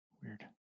Weird